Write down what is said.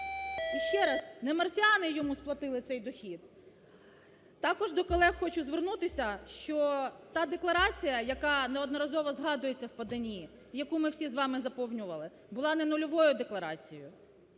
І ще раз: не марсіани йому сплатили цей дохід. Також до колег хочу звернутися, що та декларація, яка неодноразово згадується в поданні, яку ми всі з вами заповнювали, була не нульовою декларацію.